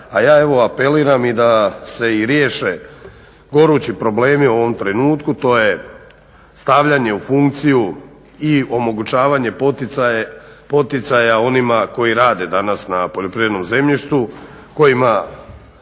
a ja evo apeliram da se i riješe gorući problemi u ovom trenutku. To je stavljanje u funkciju i omogućavanje poticaja onima koji rade danas na poljoprivrednom zemljištu, kojima